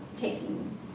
taking